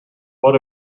what